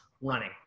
running